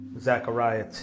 Zechariah